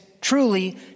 truly